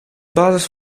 basis